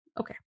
okay